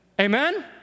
Amen